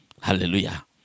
Hallelujah